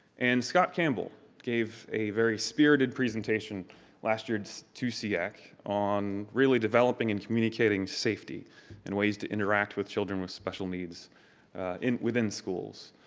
and scott campbell gave a very spirited presentation last year to seac on really developing and communicating safety and ways to interact with children with special needs within schools.